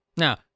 Now